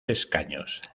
escaños